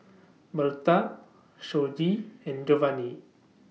Bertha Shoji and Jovanni